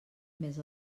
més